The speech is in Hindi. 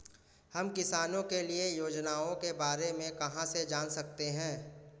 हम किसानों के लिए योजनाओं के बारे में कहाँ से जान सकते हैं?